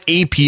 AP